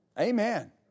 Amen